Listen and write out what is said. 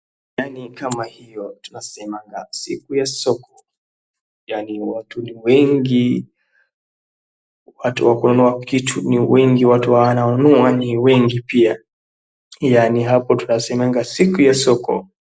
Yaani kama hiyo tunasemanga siku ya soko yaani watu ni wengi watu wanouza vitu ni wengi watu wananunua ni wengi pia yaani hapo tunasemanga siku ya soko.